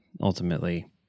ultimately